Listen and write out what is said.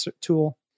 tool